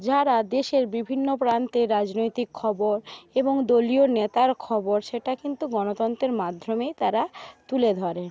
যারা দেশের বিভিন্ন প্রান্তের রাজনৈতিক খবর এবং দলীয় নেতার খবর সেটা কিন্তু গণতন্ত্রের মাধ্যমেই তারা তুলে ধরেন